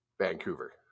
Vancouver